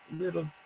little